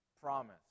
promise